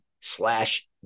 slash